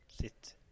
sit